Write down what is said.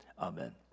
Amen